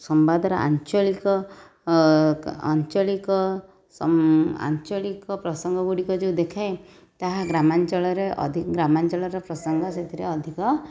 ସମ୍ବାଦର ଆଞ୍ଚଳିକ ଆଞ୍ଚଳିକ ଆଞ୍ଚଳିକ ପ୍ରସଙ୍ଗ ଗୁଡ଼ିକ ଯେଉଁ ଦେଖାଏ ତାହା ଗ୍ରାମାଞ୍ଚଳରେ ଅଧି ଗ୍ରାମାଞ୍ଚଳର ପ୍ରସଙ୍ଗ ସେହିଥିରେ ଅଧିକ ଥାଏ